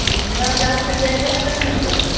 ନୂଆ ବ୍ଳାଉଜ୍ଟେ ତିଆରି କଲେ କେତେ ନେଉଛନ୍ତି